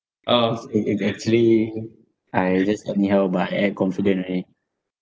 orh s~ it it actually I just anyhow but I act confident only